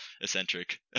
eccentric